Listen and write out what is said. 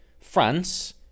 France